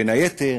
בין היתר,